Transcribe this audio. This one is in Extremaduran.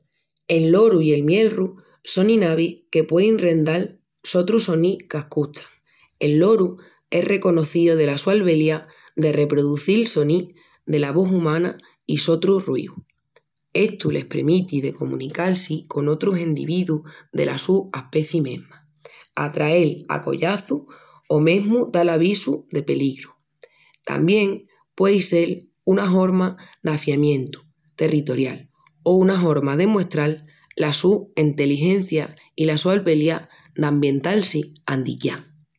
El loru i el mielru sonin avis que puein rendal sotrus sonís qu'ascuchan. El loru es conocíu dela su albeliá de reproduzil sonis dela vós umana i sotrus ruíus. Estu les premiti de comunical-si con otrus endividus dela su aspeci mesma, atrael a collaçus o mesmu dal avisu de peligru. Tamién puei sel una horma d'afiamientu territorial o una horma de muestral la su enteligencia i la su albeliá d'ambiental-si andiquiá.